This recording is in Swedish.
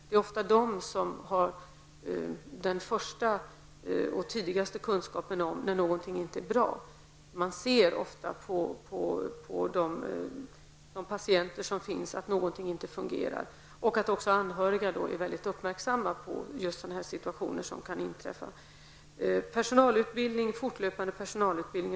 Det är ofta dessa personer som får den allra tidigaste kunskapen om att någonting inte är bra. Man ser ofta på patienterna att det är någonting som inte fungerar, och det är viktigt att också anhöriga är uppmärksamma på sådana situationer som kan inträffa. Det är oerhört viktigt med fortlöpande personalutbildning.